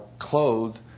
clothed